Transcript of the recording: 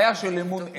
בעיה של אמון אין.